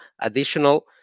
additional